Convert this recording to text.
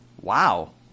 Wow